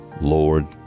Lord